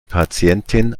patientin